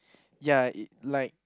ya it like